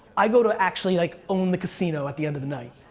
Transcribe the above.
i go to actually like own the casino at the end of the night.